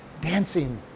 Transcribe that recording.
dancing